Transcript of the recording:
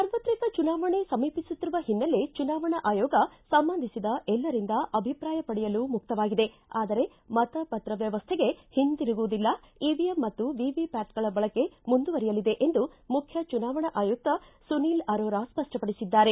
ಸಾರ್ವತ್ರಿಕ ಚುನಾವಣೆ ಸಮೀಪಿಸುತ್ತಿರುವ ಹಿನ್ನೆಲೆ ಚುನಾವಣಾ ಆಯೋಗ ಸಂಬಂಧಿಸಿದ ಎಲ್ಲರಿಂದ ಅಭಿಪ್ರಾಯ ಪಡೆಯಲು ಮುಕ್ತವಾಗಿದೆ ಆದರೆ ಮತಪತ್ರ ವ್ಯವಸ್ಥೆಗೆ ಹಿಂದಿರುಗುವುದಿಲ್ಲ ಇವಿಎಂ ಮತ್ತು ವಿವಿಪ್ಯಾಟ್ಗಳ ಬಳಕೆ ಮುಂದುವರೆಯಲಿದೆ ಎಂದು ಮುಖ್ಯ ಚುನಾವಣಾ ಆಯುಕ್ತ ಸುನಿಲ್ ಅರೋರಾ ಸ್ಪಷ್ಪಪಡಿಸಿದ್ದಾರೆ